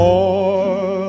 more